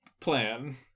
plan